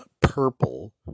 Purple